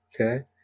Okay